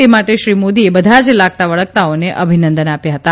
તે માટે શ્રી મોદીએ બધા જ લાગતા વળગતાઓને અભિનંદન આપ્યા હતા